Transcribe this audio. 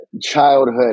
childhood